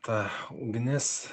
ta ugnis